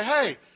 hey